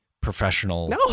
professional